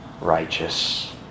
righteous